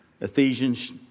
Ephesians